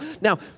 Now